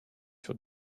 sur